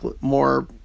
more